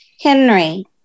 Henry